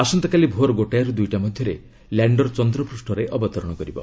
ଆସନ୍ତାକାଲି ଭୋର ଗୋଟାଏର ଦୁଇଟା ମଧ୍ୟରେ ଲ୍ୟାଣ୍ଡର ଚନ୍ଦ୍ରପୃଷ୍ଠରେ ଅବତରଣ କରିବ